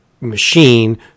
machine